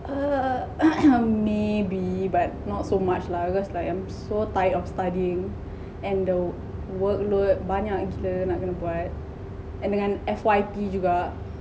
maybe but not so much lah because like I'm so tired of studying and the workload banyak gila nak kena buat and dengan F_Y_P jugak